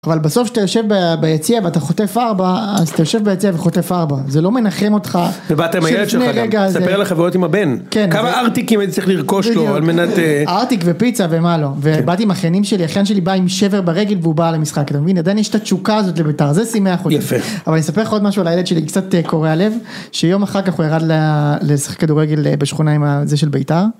אבל בסוף כשאתה יושב ביציע ואתה חוטף ארבע אז אתה יושב ביציע וחוטף ארבע, זה לא מנחם אותך. ובאת עם הילד שלך גם, ספר על החוויות עם הבן, כמה ארטיקים היית צריך לרכוש לו על מנת... ארטיק ופיצה ומה לא, ובאתי עם אחיינים שלי, אחיין שלי בא עם שבר ברגל והוא בא למשחק, אתה מבין? עדיין יש את התשוקה הזאת לבית"ר, זה שימח אותי, אבל אני אספר לך עוד משהו על הילד שלי, קצת קורע לב, שיום אחר כך הוא ירד לשחק כדורגל בשכונה עם הזה של בית"ר.